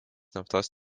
naftos